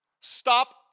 Stop